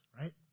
right